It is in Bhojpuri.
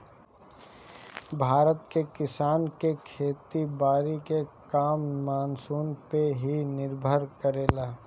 भारत के किसान के खेती बारी के काम मानसून पे ही निर्भर करेला